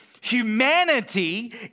humanity